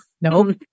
No